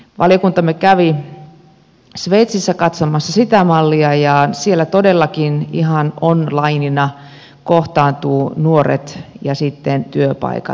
valiokuntamme kävi sveitsissä katsomassa sitä mallia ja siellä todellakin ihan onlinena kohtaantuvat nuoret ja työpaikat